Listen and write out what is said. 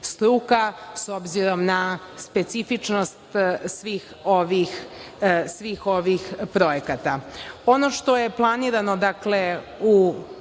s obzirom na specifičnost svih ovih projekata. Ono što je planirano u